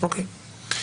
אוקיי.